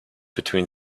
between